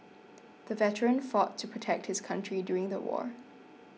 the veteran fought to protect his country during the war